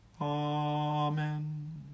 Amen